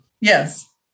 yes